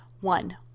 One